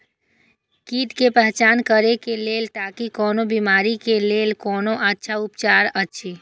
कीट के पहचान करे के लेल ताकि कोन बिमारी के लेल कोन अच्छा उपचार अछि?